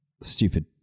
Stupid